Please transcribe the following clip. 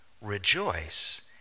rejoice